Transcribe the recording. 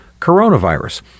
coronavirus